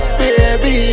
baby